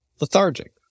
lethargic